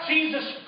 Jesus